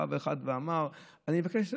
בא אחד ואמר: אני מבקש,